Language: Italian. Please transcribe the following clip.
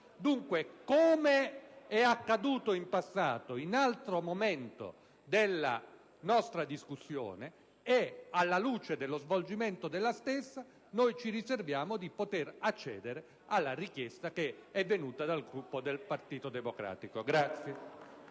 PD).* Com'è accaduto in passato, in altro momento della nostra discussione, e alla luce dello svolgimento della stessa, ci riserviamo dunque di accedere alla richiesta pervenuta dal Gruppo del Partito Democratico.